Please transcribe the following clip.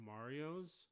Mario's